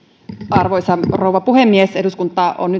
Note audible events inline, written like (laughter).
arvoisa rouva puhemies eduskunta on (unintelligible)